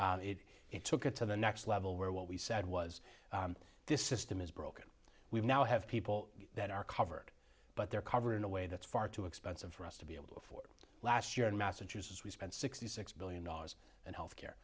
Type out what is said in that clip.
it it took it to the next level where what we said was this system is broken we now have people that are covered but they're covered in a way that's far too expensive for us to be able to afford last year in massachusetts we spent sixty six billion dollars in health care